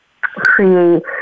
create